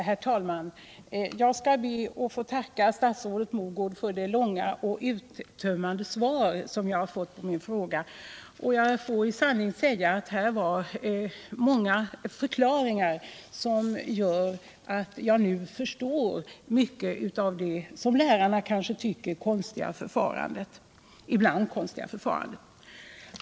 Herr talman! Jag ber att få tacka statsrådet Mogård för det långa och uttömmande svar som jag har fått på min fråga. Här gavs i sanning många förklaringar som gör att jag nu förstår mycket av det, som lärarna kanske tycker, ibland konstiga förfarandet.